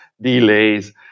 Delays